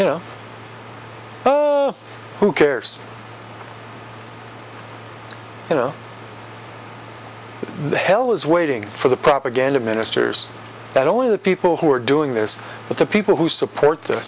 you know who cares you know the hell is waiting for the propaganda ministers that only the people who are doing this but the people who support